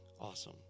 Awesome